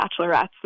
bachelorettes